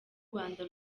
rwanda